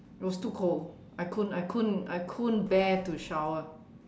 it was too cold I couldn't I couldn't I couldn't bear to shower